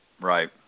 Right